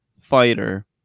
fighter